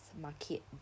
market